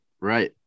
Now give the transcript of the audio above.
Right